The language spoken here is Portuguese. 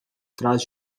trás